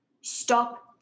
Stop